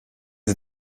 sie